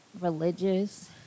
religious